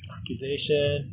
Accusation